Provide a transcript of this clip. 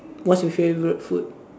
what's your favourite food